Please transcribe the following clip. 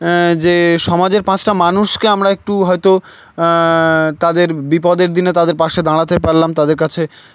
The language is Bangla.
যে সমাজের পাঁচটা মানুষকে আমরা একটু হয়তো তাদের বিপদের দিনে তাদের পাশে দাঁড়াতে পারলাম তাদের কাছে